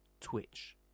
Twitch